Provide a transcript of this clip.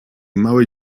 małej